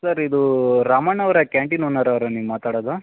sir ಇದೂ ರಾಮಣ್ಣ ಅವರ canteen owner ಅವರ ನೀವು ಮಾತಾಡೊದು